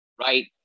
right